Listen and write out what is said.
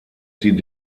sie